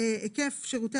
בתוכו